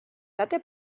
date